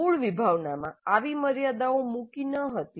મૂળ વિભાવનામાં આવી મર્યાદાઓ મૂકી ન હતી